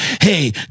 hey